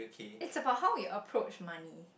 is about how we approach money